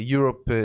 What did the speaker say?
Europe